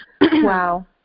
Wow